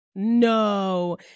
No